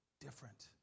Different